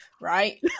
right